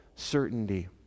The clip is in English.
Certainty